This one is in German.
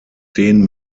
den